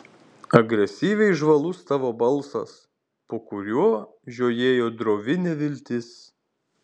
agresyviai žvalus tavo balsas po kuriuo žiojėjo drovi neviltis